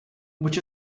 which